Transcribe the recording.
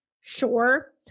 sure